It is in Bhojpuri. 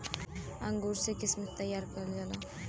अंगूर से किशमिश तइयार करल जाला